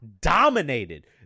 dominated